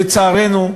לצערנו,